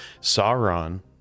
Sauron